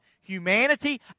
humanity